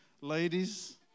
Ladies